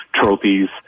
trophies